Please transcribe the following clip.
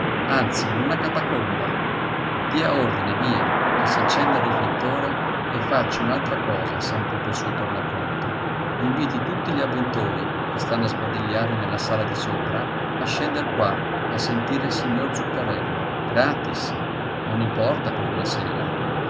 anzi in una catacomba dia ordine via che s'accenda il riflettore e faccia un'altra cosa sempre per suo tornaconto inviti tutti gli avventori che stanno a sbadigliare nella sala di sopra a scendere qua a sentire il signor zuccarello gratis non importa per una sera